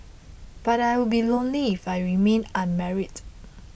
but I would be lonely if I remained unmarried